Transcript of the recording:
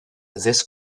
this